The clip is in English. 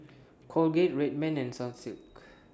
Colgate Red Man and Sunsilk